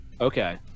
Okay